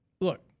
look